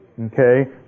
Okay